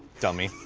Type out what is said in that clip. dummy.